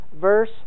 verse